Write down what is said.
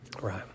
Right